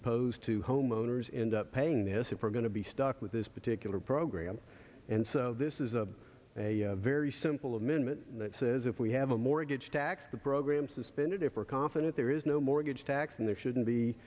opposed to homeowners and up paying this if we're going to be stuck with this particular program and so this is a very simple amendment that says if we have a mortgage tax the program suspended if we're confident there is no mortgage tax and there shouldn't be